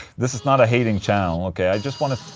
this is not a hating channel, ok? i just wanna.